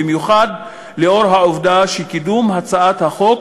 במיוחד לאור העובדה שקידום הצעת החוק